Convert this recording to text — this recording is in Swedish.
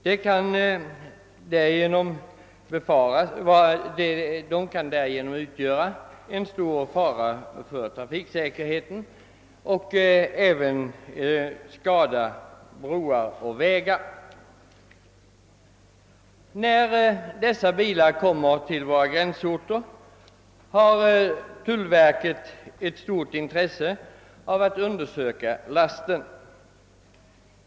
De kan därigenom utgöra en stor fara för trafiksäkerheten och även skada broar och vägar. Tullverket har ett stort intresse av att undersöka:dessa bilars last redan vid våra gränsorter.